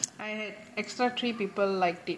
I had extra three people liked it